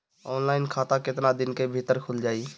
Online खाता केतना दिन के भीतर ख़ुल जाई?